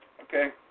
okay